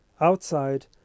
Outside